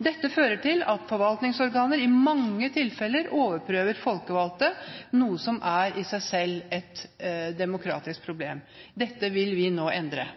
Dette fører til at forvaltningsorganer i mange tilfeller overprøver folkevalgte, noe som i seg selv er et demokratisk problem. Dette vil vi nå endre.